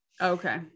Okay